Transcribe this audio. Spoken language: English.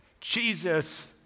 Jesus